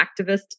activist